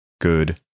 Good